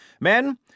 Men